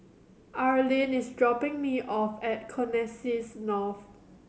Arlin is dropping me off at Connexis North